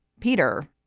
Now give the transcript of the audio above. peter,